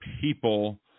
people